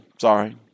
Sorry